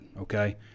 okay